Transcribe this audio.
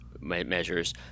measures